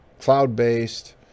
cloud-based